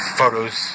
photos